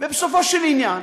בסופו של עניין,